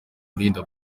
urinda